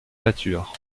peinture